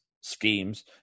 schemes